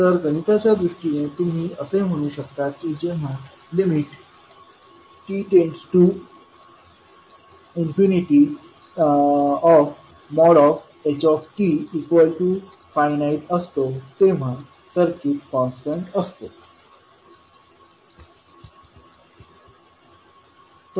तर गणिताच्या दृष्टीने तुम्ही असे म्हणू शकता की जेव्हा t∞htfinite फाइनाइट असतो तेव्हा सर्किट कॉन्स्टंट constant स्थिर असते